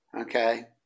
Okay